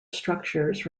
structures